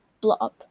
blob